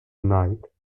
tonight